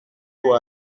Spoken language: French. pour